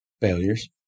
failures